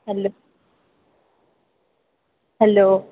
hello hello